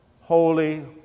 Holy